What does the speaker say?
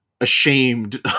ashamed